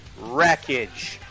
wreckage